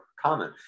common